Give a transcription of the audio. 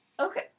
Okay